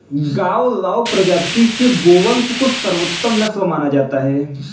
गावलाव प्रजाति के गोवंश को सर्वोत्तम नस्ल माना गया है